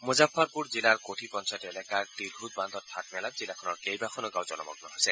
মূজফ্ফৰপুৰ জিলাৰ কোঠী পঞ্চায়ত এলেকাৰ তিৰহুথ বান্ধত ফাঁট মেলাত জিলাখনৰ কেইবাখনো গাঁও জলমগ্ন হৈছে